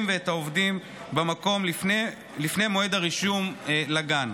ואת העובדים במקום לפני מועד הרישום לגן,